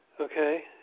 Okay